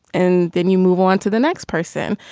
and then you move on to the next person.